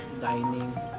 dining